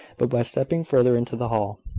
but by stepping further into the hall.